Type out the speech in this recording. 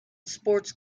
sports